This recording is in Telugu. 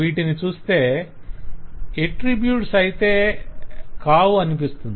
వీటిని చూస్తే ఎట్త్రిబ్యూట్స్ అయితే కావు అనిపిస్తుంది